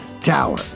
Tower